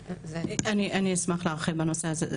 אני אשמח להרחיב בנושא הזה.